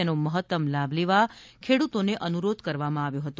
તેનો મહત્તમ લાભ લેવા ખેડૂતોને અનુરોધ કરવામાં આવ્યો હતો